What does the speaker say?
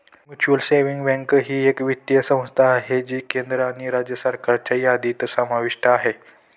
mutual savings bank ही एक वित्तीय संस्था आहे जी केंद्र आणि राज्य सरकारच्या यादीत समाविष्ट आहे